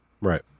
Right